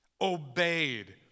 obeyed